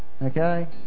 Okay